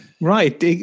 Right